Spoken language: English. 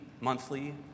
monthly